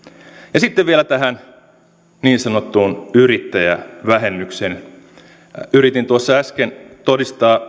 ja sitten vielä tähän niin sanottuun yrittäjävähennykseen yritin tuossa äsken todistaa